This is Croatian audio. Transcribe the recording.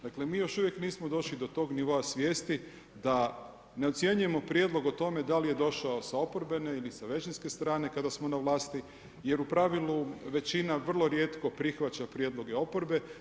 Dakle mi još uvijek nismo došli do tog nivoa svijesti da ne ocjenjujemo prijedlog o tome da li je došao sa oporbene ili sa većinske strane kada smo na vlasti jer u pravilu većina vrlo rijetko prihvaća prijedloge oporbe.